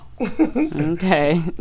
Okay